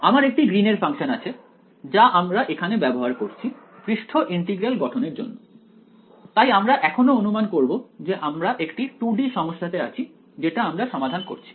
আমার একটি গ্রীন এর ফাংশন আছে যা আমরা এখানে ব্যবহার করছি পৃষ্ঠ ইন্টিগ্রাল গঠনের জন্য তাই আমরা এখনো অনুমান করব যে আমরা একটি 2 D সমস্যাতে আছি যেটা আমরা সমাধান করছি